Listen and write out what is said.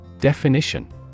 Definition